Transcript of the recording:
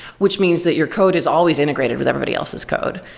which means that your code is always integrated with everybody else's code.